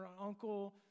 uncle